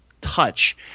touch